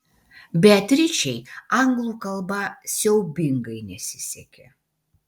beatričei anglų kalba siaubingai nesisekė